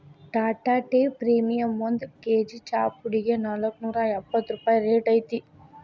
Tata tea premium ಒಂದ್ KG ಚಾಪುಡಿಗೆ ನಾಲ್ಕ್ನೂರಾ ಎಪ್ಪತ್ ರೂಪಾಯಿ ರೈಟ್ ಐತಿ